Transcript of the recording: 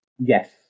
Yes